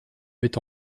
met